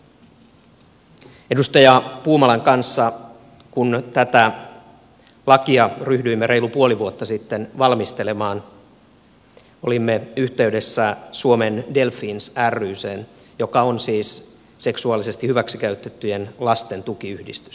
kun edustaja puumalan kanssa tätä lakia ryhdyimme reilu puoli vuotta sitten valmistelemaan olimme yhteydessä suomen delfins ryhyn joka on siis seksuaalisesti hyväksikäytettyjen lasten tukiyhdistys